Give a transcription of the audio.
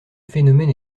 phénomène